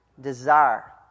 Desire